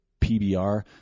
PBR